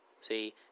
See